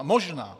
Možná.